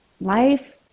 life